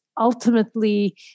ultimately